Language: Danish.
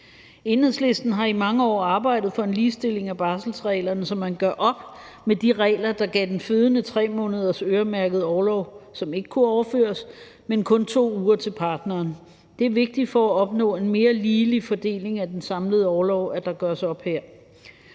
Enhedslisten har i mange år arbejdet for en ligestilling af barselsreglerne, så man gør op med de regler, der gav den fødende 3 måneders øremærket orlov, som ikke kunne overføres, men kun 2 uger til partneren. Det er vigtigt for at opnå en mere ligelig fordeling af den samlede orlov, at der gøres op her.